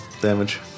damage